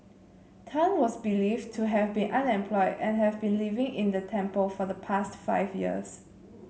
Tan was believed to have been unemployed and have been living in the temple for the past five years